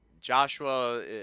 Joshua